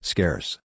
Scarce